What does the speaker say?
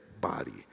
body